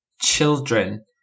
children